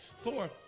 four